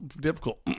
difficult